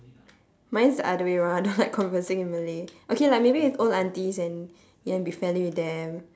mine is the other way around I don't like conversing in malay okay lah maybe with old aunties and you want to be friendly with them